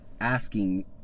asking